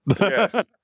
Yes